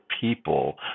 people